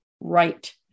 right